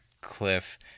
cliff